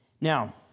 Now